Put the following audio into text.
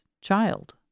child